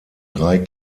drei